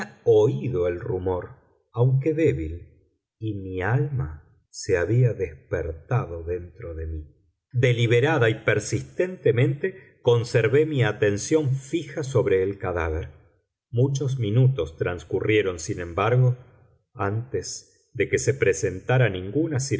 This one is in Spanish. oído el rumor aunque débil y mi alma se había despertado dentro de mí deliberada y persistentemente conservé mi atención fija sobre el cadáver muchos minutos transcurrieron sin embargo antes de que se presentara ninguna